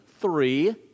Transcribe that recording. three